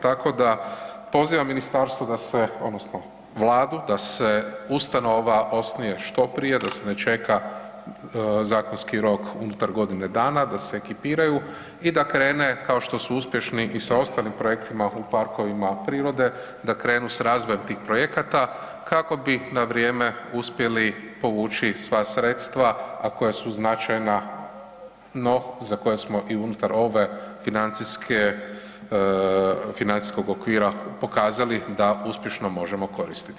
Tako da pozivam ministarstvo da se odnosno Vladu, da se ustanova osnuje što prije, da se ne čeka zakonski rok unutar godine dana, da se ekipiraju i da krene kao što su uspješni i sa ostalim projektima u parkovima prirode, da krenu sa razvojem tih projekata kako bi na vrijeme uspjeli povući sva sredstva a koja su značajna no za koje smo i unutar ove financijskog okvira pokazali da uspješno možemo koristiti.